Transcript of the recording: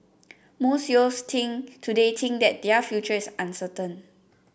most youths think today think that their future is uncertain